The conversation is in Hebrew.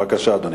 בבקשה, אדוני.